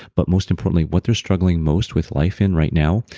but most importantly what they're struggling most with life in right now.